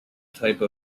type